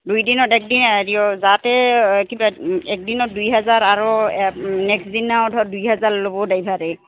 দুইদিনত একদিন হেৰিও যাতে কিবা একদিনত দুই হেজাৰ আৰু নেক্সট দিনা অঁ ধৰা দুই হেজাৰ ল'ব ড্ৰাইভাৰে